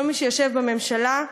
כל מי שיושב בממשלה,